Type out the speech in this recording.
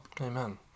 Amen